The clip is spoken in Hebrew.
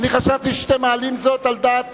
חשבתי שאתם מעלים זאת על דעת